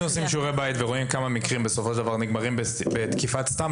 עושים שיעורי בית ורואים כמה מקרים בסופו של דבר נגמרים בתקיפת סתם,